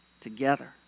together